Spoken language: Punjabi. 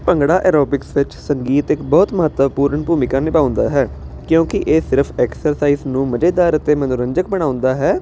ਭੰਗੜਾ ਐਰੋਬਿਕਸ ਵਿੱਚ ਸੰਗੀਤ ਇੱਕ ਬਹੁਤ ਮਹੱਤਵਪੂਰਨ ਭੂਮਿਕਾ ਨਿਭਾਉਂਦਾ ਹੈ ਕਿਉਂਕਿ ਇਹ ਸਿਰਫ ਐਕਸਰਸਾਈਜ਼ ਨੂੰ ਮਜ਼ੇਦਾਰ ਅਤੇ ਮਨੋਰੰਜਕ ਬਣਾਉਂਦਾ ਹੈ